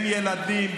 הם ילדים,